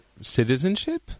citizenship